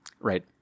right